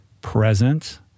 present